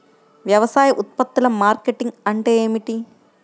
వ్యవసాయ ఉత్పత్తుల మార్కెటింగ్ అంటే ఏమిటి?